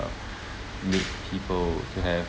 need people to have